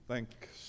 Thanks